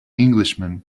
englishman